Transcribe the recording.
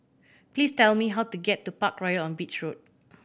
please tell me how to get to Parkroyal on Beach Road